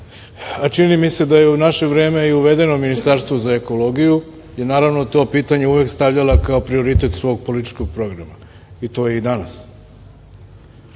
čini mi se da je u naše vreme i uvedeno Ministarstvo za ekologiju i naravno to pitanje uvek stavljala kao prioritet svog političkog programa i to je i danas.